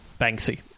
Banksy